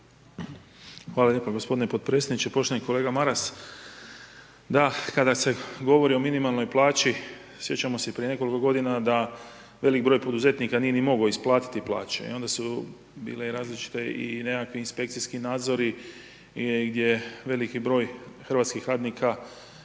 Hvala lijepa gospodine potpredsjedniče. Poštovani kolega Maras, da kada se govori o minimalnoj plaći sjećamo se i prije nekoliko godina da veliki broj poduzetnika nije ni mogao isplatiti plaće i onda su bile i različite nekakve, inspekcijski nadzori gdje veliki broj hrvatskih radnika